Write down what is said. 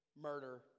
murder